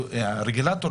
הרגולטור,